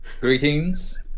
Greetings